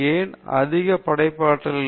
ஏன் அதிக படைப்பாற்றல் இல்லை